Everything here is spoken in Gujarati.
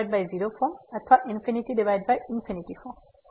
તેથી ક્યાં તો 00 ફોર્મ અથવા ∞∞ ફોર્મ